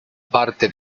parte